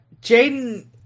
Jaden